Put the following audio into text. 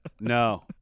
no